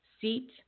seat